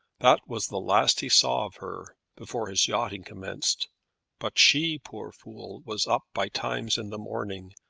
that was the last he saw of her before his yachting commenced but she poor fool was up by times in the morning,